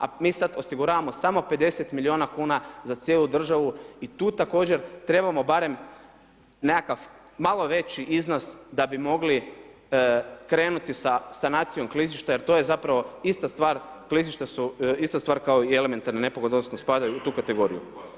A mi sada osiguravamo samo 50 milijuna kn za cijelu državu i tu također trebamo barem nekakav malo veći iznos da bi mogli krenuti sa sanacijom klizišta, jer to je zapravo ista stvar, klizišta su ista s tvar kao i elementarne nepogode, odnosno, spadaju u tu kategoriju.